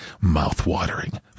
Mouth-watering